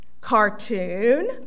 cartoon